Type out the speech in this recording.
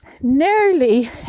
Nearly